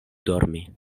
dormi